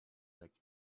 that